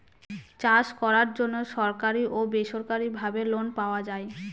চাষ করার জন্য সরকারি ও বেসরকারি ভাবে লোন পাওয়া যায়